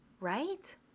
Right